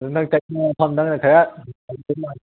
ꯑꯗꯨ ꯅꯪꯅ ꯆꯠꯅꯤꯡꯕ ꯃꯐꯝ ꯅꯪꯅ ꯈꯔ